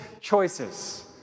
choices